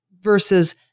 versus